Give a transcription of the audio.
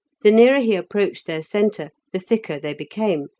the nearer he approached their centre the thicker they became,